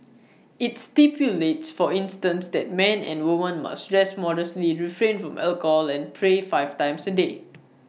IT stipulates for instance that men and women must dress modestly refrain from alcohol and pray five times A day